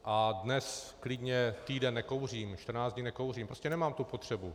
A dnes klidně týden nekouřím, 14 dní nekouřím, prostě nemám tu potřebu.